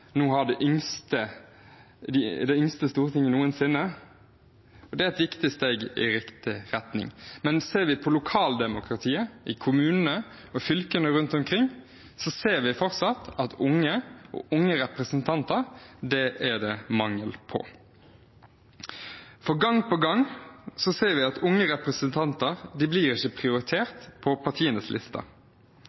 noensinne, og det er et viktig steg i riktig retning. Men ser vi på lokaldemokratiet i kommunene og fylkene rundt omkring, ser vi at det fortsatt er mangel på unge og unge representanter. Gang på gang ser vi at unge representanter ikke blir prioritert på partienes lister,